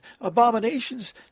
abominations